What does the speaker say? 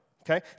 okay